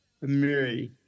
Mary